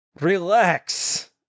Relax